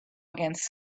against